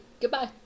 Goodbye